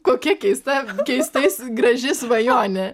kokia keista keistai graži svajonė